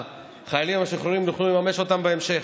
שהחיילים המשוחררים יוכלו לממש את זה בהמשך,